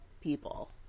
people